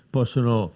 possono